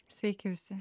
sveiki visi